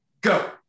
go